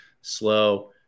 slow